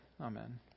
Amen